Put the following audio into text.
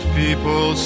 people